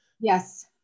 Yes